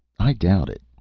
i doubt it,